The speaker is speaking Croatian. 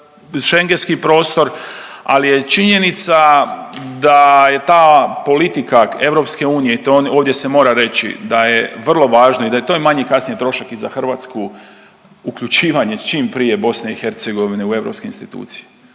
Schengenski prostor. Ali je činjenica da je ta politika EU i to ovdje se mora reći da je vrlo važno i da je to manji kasnije trošak i za Hrvatsku uključivanje čim prije BiH u europske institucije,